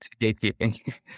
gatekeeping